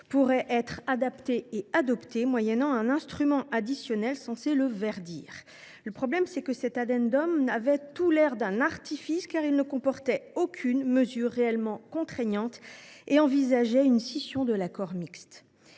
pourrait être adapté et adopté moyennant un instrument additionnel supposé le verdir. Le problème, c’est que cet avait tout l’air d’un artifice, car il ne comportait aucune mesure réellement contraignante et prévoyait une scission de l’accord mixte.